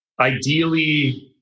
ideally